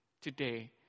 today